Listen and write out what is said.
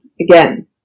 again